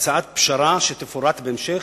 הצעת פשרה שתפורט בהמשך,